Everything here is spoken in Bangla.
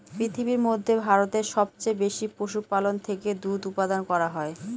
পৃথিবীর মধ্যে ভারতে সবচেয়ে বেশি পশুপালন থেকে দুধ উপাদান করা হয়